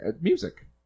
Music